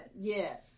Yes